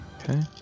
Okay